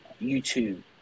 youtube